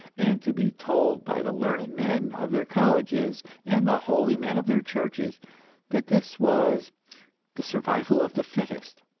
and to be told by the learned men of their colleges and the holy men of their churches that this was the survival of the fittest,